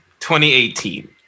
2018